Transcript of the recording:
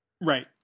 Right